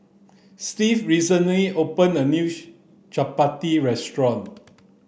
Steve recently opened a Chapati restaurant